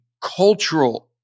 cultural